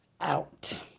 out